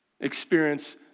experience